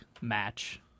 match